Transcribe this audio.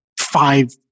five